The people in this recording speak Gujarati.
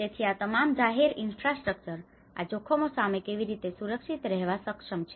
તેથી આ તમામ જાહેર ઈન્ફ્રાસ્ટ્રક્ચર આ જોખમો સામે કેવી રીતે સુરક્ષિત રહેવા સક્ષમ છે